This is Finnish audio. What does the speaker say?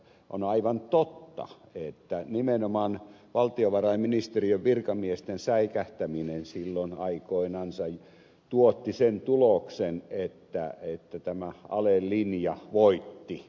on aivan totta että nimenomaan valtiovarainministeriön virkamiesten säikähtäminen silloin aikoinansa tuotti sen tuloksen että tämä ale linja voitti